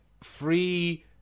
free